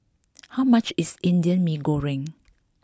how much is Indian Mee Goreng